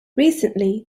recently